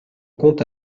compte